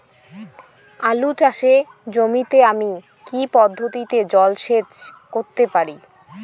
আলু চাষে জমিতে আমি কী পদ্ধতিতে জলসেচ করতে পারি?